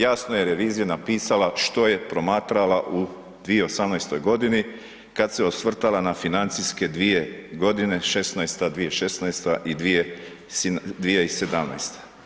Jasno je revizija napisala što je promatrala u 2018. godini, kad se osvrtala na financijske dvije godine, 2016. i 2017.